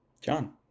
John